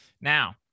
Now